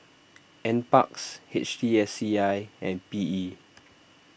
NParks H T S C I and P E